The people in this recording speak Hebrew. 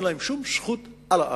אין להם שום זכות על הארץ.